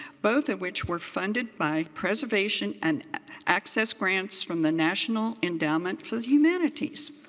both of which were funded by preservation and access grants from the national endowment for the humanities.